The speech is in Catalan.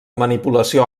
manipulació